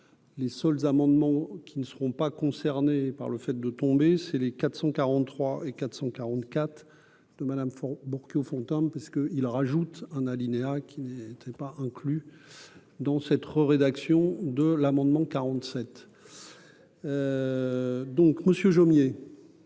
les seuls amendements qui ne seront pas concernés par le fait de tomber, c'est les 443 et 444 de Madame font Borchio Fontimp parce que ils rajoute un alinéa qui n'était pas inclus dans c'est trop rédaction de l'amendement 47 donc Monsieur